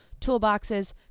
toolboxes